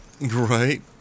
Right